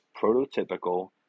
prototypical